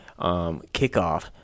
kickoff